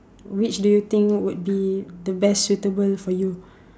which do you think would be the best suitable for you